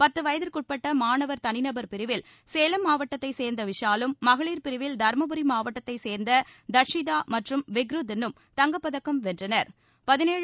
பத்து வயதிற்குட்பட்ட மாணவர் தனிநபர் பிரிவில் சேலம் மாவட்டத்தைச் சேர்ந்த விஷாலும் மகளிர் பிரிவில் தருமபுரி மாவட்டத்தைச் சேர்ந்த தட்ஷிதா மற்றும் விக்ரு தின் னும் தங்கப்பதக்கம் வென்றனா்